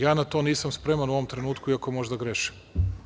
Ja na to nisam spreman u ovom trenutku, iako možda grešim.